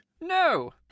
No